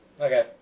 okay